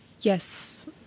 Yes